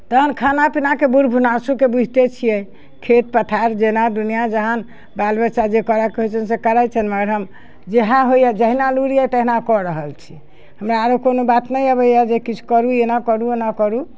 तहन खाना पीनाके बुढ़ भुनासुके बुझते छियै खेत पथार जेना दुनिया जहान बाल बच्चा जे करऽके होइ छनि से करै छथि मगर हम जेहै होइए जहिना लुरि अइ तहिना कऽ रहल छी हमरा आरो कोनो बात नहि अबैए जे किछु करू या नऽ करू ओना करू